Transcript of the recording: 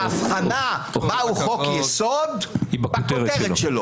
ההבחנה מהו חוק-יסוד היא בכותרת שלו.